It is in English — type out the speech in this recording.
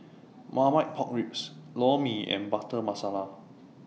Marmite Pork Ribs Lor Mee and Butter Masala